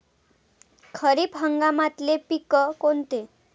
खरीप हंगामातले पिकं कोनते?